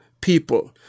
people